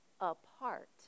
apart